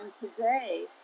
today